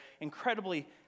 incredibly